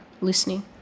listening